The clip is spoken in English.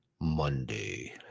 Monday